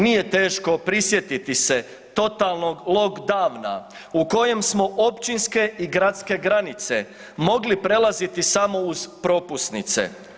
Nije teško prisjetiti se totalnog lockdowna u kojem smo općinske i gradske granice mogli prelaziti samo uz propusnice.